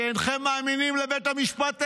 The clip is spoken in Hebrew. שאינכם מאמינים לבית המשפט העליון.